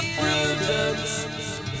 Prudence